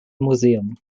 museum